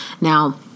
Now